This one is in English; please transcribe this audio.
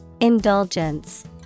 Indulgence